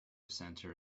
center